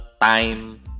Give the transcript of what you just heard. time